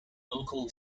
local